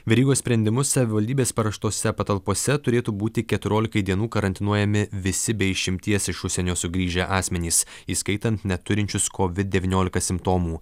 verygos sprendimu savivaldybės paruoštose patalpose turėtų būti keturiolikai dienų karantinuojami visi be išimties iš užsienio sugrįžę asmenys įskaitant neturinčius kovid devyniolika simptomų